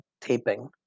taping